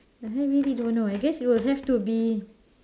I have really don't know I guess it will have to be